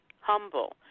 humble